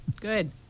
Good